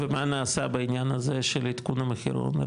ומה נעשה בעניין הזה של עדכון המחירון?